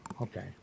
okay